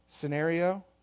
scenario